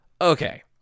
okay